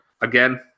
Again